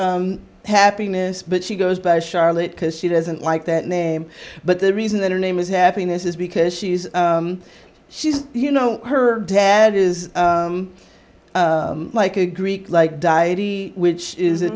is happiness but she goes by charlotte because she doesn't like that name but the reason that her name is happiness is because she's she's you know her dad is like a greek like diety which is a